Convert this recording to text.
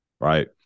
right